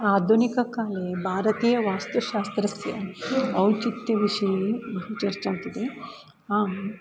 आधुनिककाले भारतीयवास्तुशास्त्रस्य औचित्यविषये चर्चन्ति ते आम्